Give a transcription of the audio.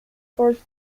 fort